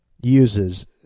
uses